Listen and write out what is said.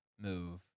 move